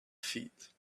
feet